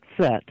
set—